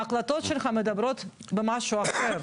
ההקלטות שלך מדברות במשהו אחר.